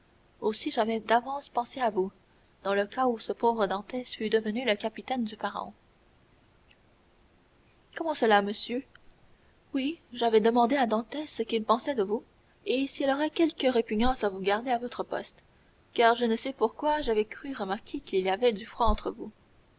aussi j'avais d'avance pensé à vous dans le cas où ce pauvre dantès fût devenu le capitaine du pharaon comment cela monsieur oui j'avais d'avance demandé à dantès ce qu'il pensait de vous et s'il aurait quelque répugnance à vous garder à votre poste car je ne sais pourquoi j'avais cru remarquer qu'il y avait du froid entre vous